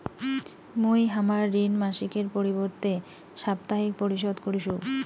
মুই হামার ঋণ মাসিকের পরিবর্তে সাপ্তাহিক পরিশোধ করিসু